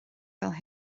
fel